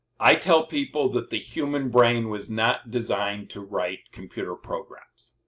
i tell people that the human brain was not designed to write computer programs.